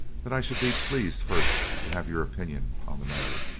that i should be pleased first to have your opinion on the matter